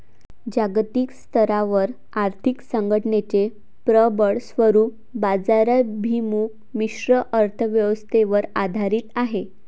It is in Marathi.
जागतिक स्तरावर आर्थिक संघटनेचे प्रबळ स्वरूप बाजाराभिमुख मिश्र अर्थ व्यवस्थेवर आधारित आहे